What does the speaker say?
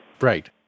Right